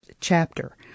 chapter